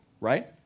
right